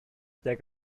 der